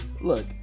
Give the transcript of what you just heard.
look